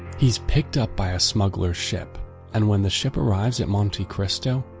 he is picked up by a smugglers' ship and when the ship arrives at monte cristo,